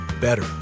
better